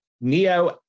neo